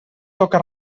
toca